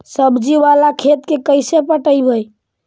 सब्जी बाला खेत के कैसे पटइबै?